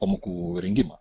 pamokų rengimą